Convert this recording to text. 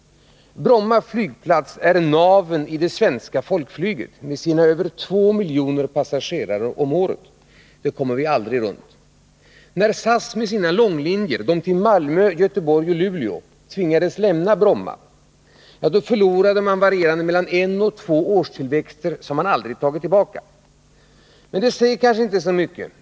Bromma flygplats är navet i det svenska folkflyget med sina över två miljoner passagerare om året. Det kommer vi aldrig förbi. När SAS, med sina långlinjer till Malmö, Göteborg och Luleå, tvingades lämna Bromma, gjorde man en förlust som varierade mellan en och två årstillväxter och som man aldrig tagit tillbaka. Det säger kanske inte så mycket.